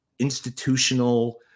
Institutional